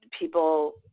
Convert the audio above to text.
people